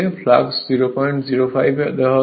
flux 005 দেওয়া হয়েছে